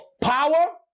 power